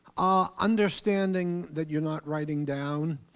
ah understanding that you're not writing down,